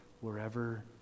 wherever